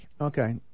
Okay